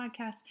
podcast